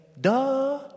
duh